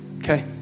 Okay